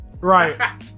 Right